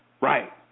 right